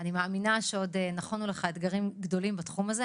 אני מאמינה שעוד נכונו לך אתגרים גדולים בתחום הזה.